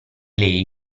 lei